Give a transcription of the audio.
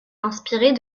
inspirés